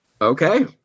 Okay